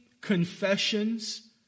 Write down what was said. confessions